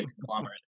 conglomerate